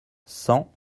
cent